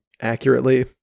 accurately